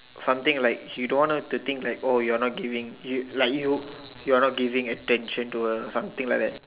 something like you don't want her to think like oh you're not giving you like you you're not giving attention to her or something like that